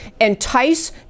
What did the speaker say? entice